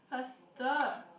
faster